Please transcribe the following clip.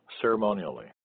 ceremonially